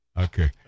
okay